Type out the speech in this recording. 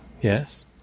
yes